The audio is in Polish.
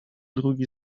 drugi